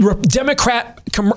Democrat